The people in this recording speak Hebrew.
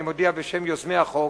אני מודיע בשם יוזמי החוק,